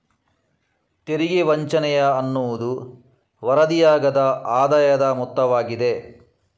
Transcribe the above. ತೆರಿಗೆ ವಂಚನೆಯ ಅನ್ನುವುದು ವರದಿಯಾಗದ ಆದಾಯದ ಮೊತ್ತವಾಗಿದೆ